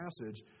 passage